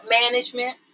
management